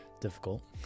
difficult